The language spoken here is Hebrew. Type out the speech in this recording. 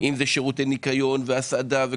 אם זה שירותי ניקיון והסעדה.